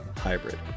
hybrid